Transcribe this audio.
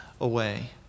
away